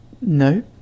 No